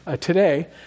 today